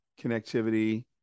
connectivity